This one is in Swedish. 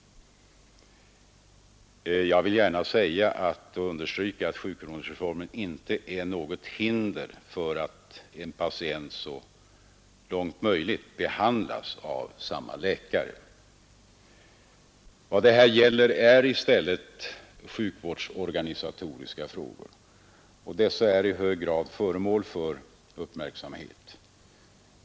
Jag vill gärna understryka att sjukronorsreformen inte är något hinder för att en patient såvitt möjligt behandlas av samme läkare. Vad det här gäller är i stället sjukvårdsorganisatoriska frågor, och dessa är i hög grad föremål för uppmärksamhet.